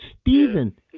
Stephen